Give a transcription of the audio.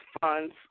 funds